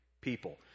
people